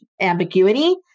ambiguity